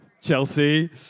Chelsea